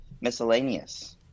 miscellaneous